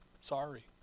Sorry